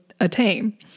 attain